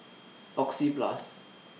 Oxyplus